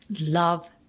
Love